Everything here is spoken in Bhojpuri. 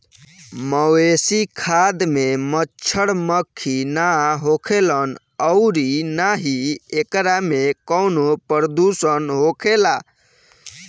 मवेशी खाद में मच्छड़, मक्खी ना होखेलन अउरी ना ही एकरा में कवनो प्रदुषण होखेला